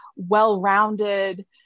Well-rounded